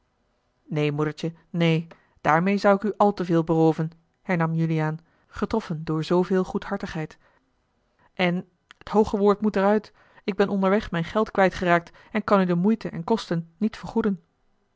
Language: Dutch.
neen moedertje neen daarmeê zou ik u al te veel berooven hernam juliaan getroffen door zooveel goedhartigheid en t hooge woord moet er uit ik ben onderweg mijn geld kwijt geraakt en kan u de moeite en kosten niet vergoeden